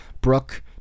Brooke